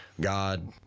God